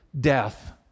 death